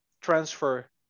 transfer